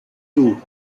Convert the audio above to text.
two